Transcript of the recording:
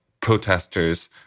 protesters